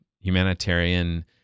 humanitarian